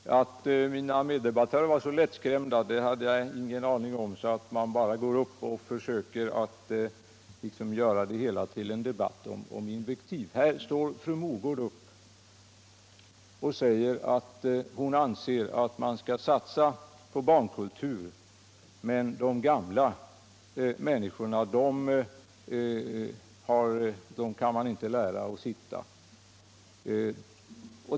Herr talman! Jag hade ingen aning om att mina meddebattörer var så lättskrämda att man bara går upp och försöker göra det hela till en "debatt om invektiv. Fru Mogård säger att hon anser att man skall satsa på barnkultur, men de gamla människorna kan man så att säga inte lära att sitta.